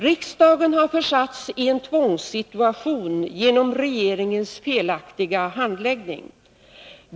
Riksdagen har försatts i en tvångssituation genom regeringens felaktiga handläggning.